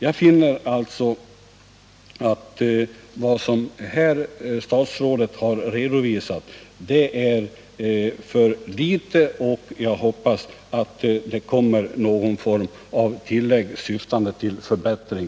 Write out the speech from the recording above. Jag finner alltså att det statsrådet här har redovisat är otillfredsställande och jag hoppas att det så småningom kommer någon form av tillägg syftande till förbättring.